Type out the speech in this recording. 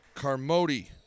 Carmody